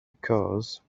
because